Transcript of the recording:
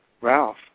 Ralph